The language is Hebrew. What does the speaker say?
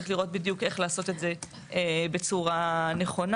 צריך לראות איך לעשות את זה בצורה נכונה,